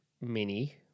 mini